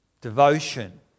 Devotion